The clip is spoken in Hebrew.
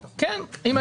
כן.